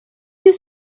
you